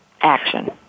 action